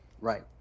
right